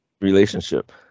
relationship